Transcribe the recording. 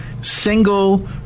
single